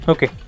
Okay